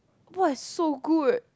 !wah! so good